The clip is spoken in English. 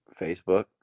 Facebook